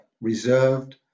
reserved